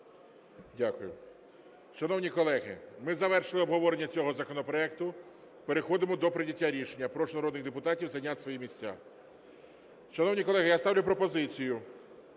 Дякую. Шановні колеги, ми завершили обговорення цього законопроекту, переходимо до прийняття рішення. Прошу народних депутатів зайняти свої місця. Шановні колеги, я ставлю пропозицію